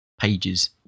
pages